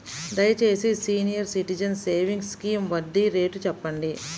దయచేసి senior citizens savings scheme వడ్డీ rate చెప్పండి